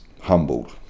humbled